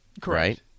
Correct